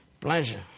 Pleasure